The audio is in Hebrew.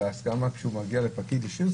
אלא הסכמה כשהוא מגיע לפקיד ישיר.